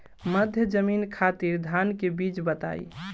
मध्य जमीन खातिर धान के बीज बताई?